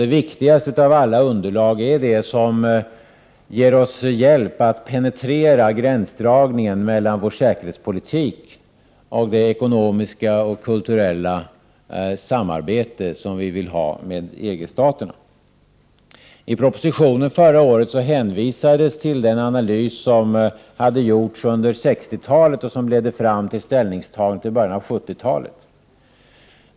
Det viktigaste av alla underlag är det som ger oss hjälp att penetrera gränsdragningen mellan vår säkerhetspolitik och det ekonomiska och kulturella samarbete som vi vill ha med EG-staterna. I propositionen förra året hänvisades det till den analys som hade genomförts under 1960-talet och som ledde fram till ställningstagandet i början av 1970-talet.